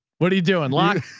what are you doing? lock.